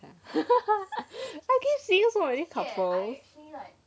I keep seeing so many couples